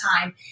time